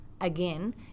again